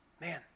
Man